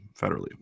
federally